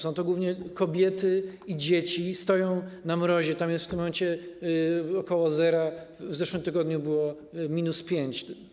Są to głównie kobiety i dzieci, stoją na mrozie - tam jest w tym momencie ok. zera, w zeszłym tygodniu było minus 5 stopni Celsjusza.